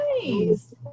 Nice